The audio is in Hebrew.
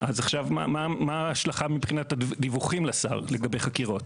אז מה ההשלכה של דיווחים לשר לגבי חקירות?